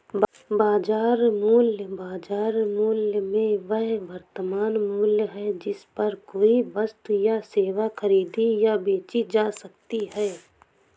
बाजार मूल्य, बाजार मूल्य में वह वर्तमान मूल्य है जिस पर कोई वस्तु या सेवा खरीदी या बेची जा सकती है